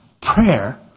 prayer